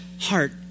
heart